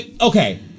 Okay